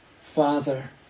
father